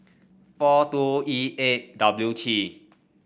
four two E eight W T